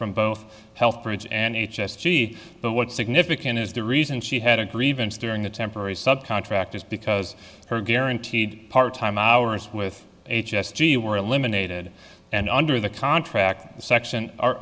from both health bridge and h s t but what's significant is the reason she had a grievance during the temporary subcontractors because her guaranteed part time hours with h s t were eliminated and under the contract section ar